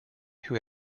who